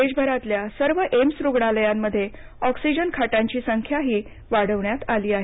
देशभरातल्या सर्व एम्स रुग्णालयांमध्ये ऑक्सिजन खाटांची संख्या वाढवण्यात आली आहे